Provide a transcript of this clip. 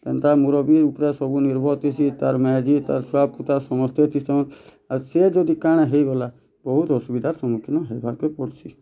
ହେନ୍ତା ମୂରବୀ ଉପରେ ସବୁ ନିର୍ଭର୍ ଥିସି ତାର୍ ମାଏଝୀ ତାର୍ ଛୁଆ ପୁତା ସମସ୍ତେ ଥିସନ୍ ଆର୍ ସେ ଯଦି କାଣା ହେଇଗଲା ବହୁତ୍ ଅସୁବିଧା ସମ୍ମୁଖୀନ ହେବାର୍କେ ପଡ଼୍ସି